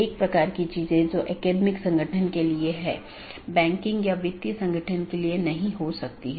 इस प्रकार एक AS में कई राऊटर में या कई नेटवर्क स्रोत हैं